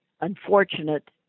unfortunate